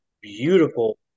beautiful